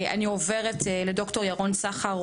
אני עוברת לד״ר ירון סחר,